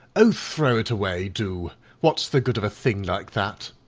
oh, throw it away, do what's the good of a thing like that?